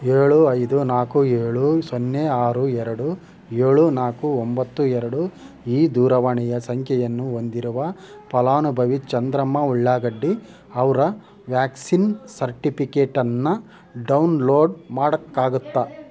ಏಳು ಐದು ನಾಲ್ಕು ಏಳು ಸೊನ್ನೆ ಆರು ಎರಡು ಏಳು ನಾಲ್ಕು ಒಂಬತ್ತು ಎರಡು ಈ ದೂರವಾಣಿಯ ಸಂಖ್ಯೆಯನ್ನು ಹೊಂದಿರುವ ಫಲಾನುಭವಿ ಚಂದ್ರಮ್ಮ ಉಳ್ಳಾಗಡ್ಡಿ ಅವರ ವ್ಯಾಕ್ಸಿನ್ ಸರ್ಟಿಪಿಕೇಟನ್ನು ಡೌನ್ಲೋಡ್ ಮಾಡೋಕ್ಕಾಗತ್ತಾ